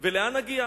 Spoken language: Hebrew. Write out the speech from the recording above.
ולאן נגיע?